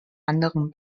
anderen